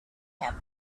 camp